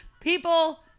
People